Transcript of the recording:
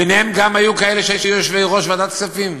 ביניהם גם היו כאלה שהיו יושבי-ראש ועדת הכספים.